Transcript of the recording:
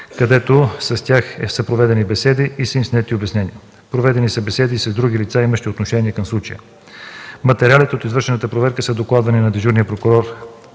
където с тях са проведени беседи и са им снети обяснения. Проведени са беседи и с други лица, имащи отношение към случая. Материалите от извършената проверка са докладвани на дежурния прокурор